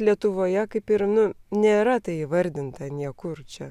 lietuvoje kaip ir nu nėra tai įvardinta niekur čia